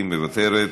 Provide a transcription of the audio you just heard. מוותרת,